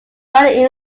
bearing